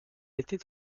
était